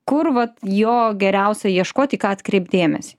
kur vat jo geriausia ieškot į ką atkreipt dėmesį